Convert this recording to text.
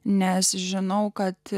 nes žinau kad